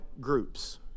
groups